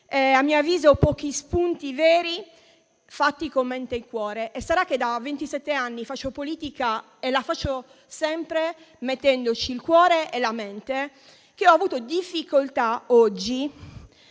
a mio avviso, pochi spunti veri fatti con mente e cuore. Sarà che da ventisette anni faccio politica e la faccio sempre mettendoci il cuore e la mente, ma oggi ho avuto difficoltà a